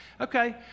Okay